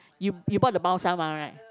you you bought the Mao-Shan-Wang right